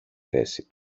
θέση